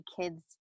kids